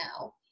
now